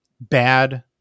bad